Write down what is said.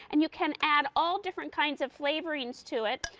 and you can add all different kinds of flavorings to it.